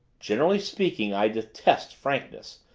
generally speaking, i detest frankness,